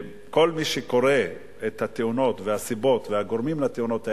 כל מי שקורא על התאונות והסיבות והגורמים לתאונות האלה,